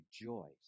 rejoice